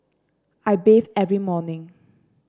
I bathe every morning